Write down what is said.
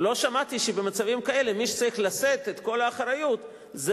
לא שמעתי שבמצבים כאלה מי שצריך לשאת בכל האחריות זה